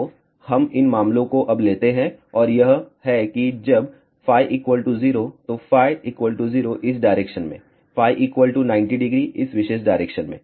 तो हम इन मामलों को अब लेते हैं और यह है कि जब φ 0 तो φ 0 इस डायरेक्शन में φ 900 इस विशेष डायरेक्शन में